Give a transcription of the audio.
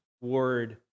Word